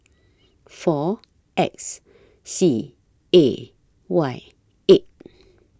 four X C A Y eight